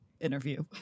interview